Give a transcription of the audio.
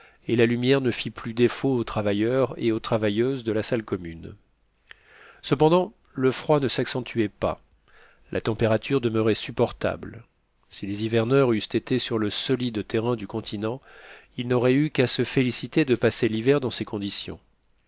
et la lumière ne fit plus défaut aux travailleurs et aux travailleuses de la salle commune cependant le froid ne s'accentuait pas la température demeurait supportable si les hiverneurs eussent été sur le solide terrain du continent ils n'auraient eu qu'à se féliciter de passer l'hiver dans ces conditions